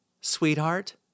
Sweetheart